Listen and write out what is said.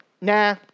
Nah